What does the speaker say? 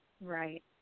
Right